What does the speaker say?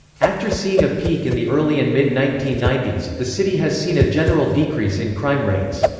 after seeing a peak in the early and mid nineteen ninety s, the city has seen a general decrease in crime rates.